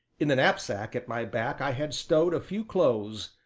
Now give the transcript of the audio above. in the knapsack at my back i had stowed a few clothes,